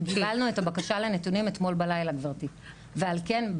קיבלנו את הבקשה לנתונים אתמול בלילה גברתי ועל כן,